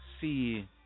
see